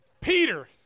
Peter